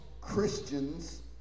Christians